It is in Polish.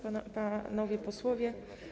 Panowie Posłowie!